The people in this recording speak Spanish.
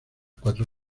cuatro